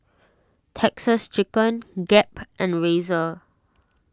Texas Chicken Gap and Razer